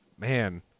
Man